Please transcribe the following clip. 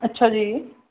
ਅੱਛਾ ਜੀ